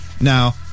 now